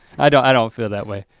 i don't i don't feel that way.